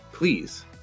Please